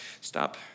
stop